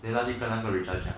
then 他去跟那个 rachel 讲